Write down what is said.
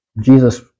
jesus